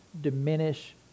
diminish